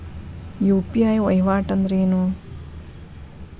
UPI ವಹಿವಾಟ್ ಅಂದ್ರೇನು?